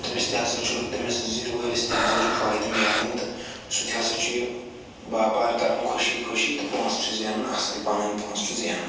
تٔمِس تہِ ہَسا چھُ تٔمِس زِرِ وٲلِس تہِ ہَسا چھُ فٲہدٕ مِلان تہٕ سُہ تہِ ہَسا چھُ یہِ باپار کَرن خوشی خوشی تہٕ پونٛسہٕ چھِ زٮ۪نان اصٕل پنٕنۍ پونٛسہٕ چھُ زٮ۪نان